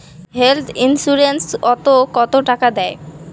Health insurance ওত কত টাকা দেয়?